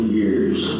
years